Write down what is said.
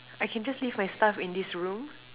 I can just leave my stuff in this room